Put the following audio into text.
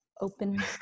Open